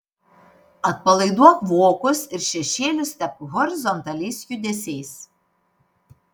atpalaiduok vokus ir šešėlius tepk horizontaliais judesiais